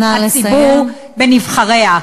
שרוצה להכריח,